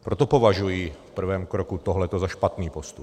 Proto považuji v prvém kroku tohleto za špatný postup.